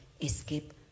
escape